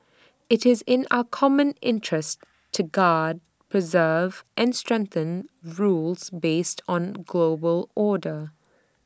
IT is in our common interest to guard preserve and strengthen rules based on global order